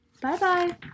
Bye-bye